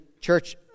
church